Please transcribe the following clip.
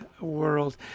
World